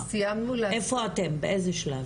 איפה אתם באיזה שלב?